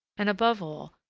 and, above all,